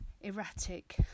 erratic